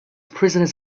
prisoners